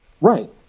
Right